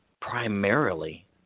primarily